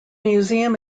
museum